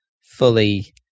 fully